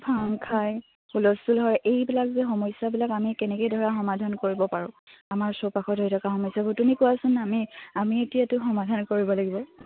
ভাং খাই হুলস্থুল হয় এইবিলাক যে সমস্যাবিলাক আমি কেনেকে ধৰা সমাধান কৰিব পাৰোঁ আমাৰ চৌপাশত হৈ থকা সমস্যাবোৰ তুমি কোৱাচোন আমি আমি এতিয়াতো সমাধান কৰিব লাগিব